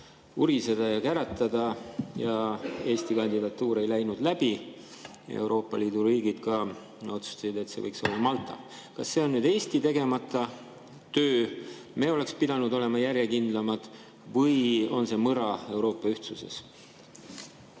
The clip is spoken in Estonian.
uriseda ja käratada ning Eesti kandidatuur ei läinud läbi. Euroopa Liidu riigid otsustasid, et see võiks olla Malta. Kas see on nüüd Eesti tegemata töö – ehk oleksime me pidanud olema järjekindlamad? – või on see mõra Euroopa ühtsuses?